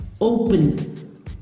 open